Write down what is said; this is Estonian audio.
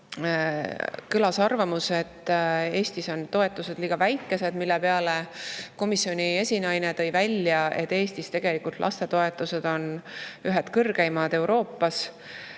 Kõlas arvamus, et Eestis on toetused liiga väikesed, mille peale komisjoni esinaine tõi välja, et Eestis on lastetoetused tegelikult on ühed kõrgeimad Euroopas.